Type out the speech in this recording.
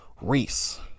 Reese